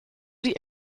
die